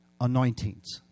anointings